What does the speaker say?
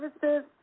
services